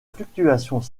fluctuations